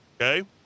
okay